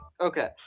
Okay